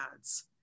ads